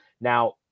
Now